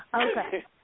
Okay